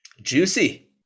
Juicy